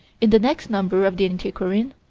in the next number of the antiquarian